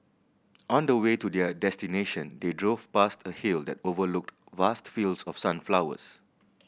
on the way to their destination they drove past a hill that overlooked vast fields of sunflowers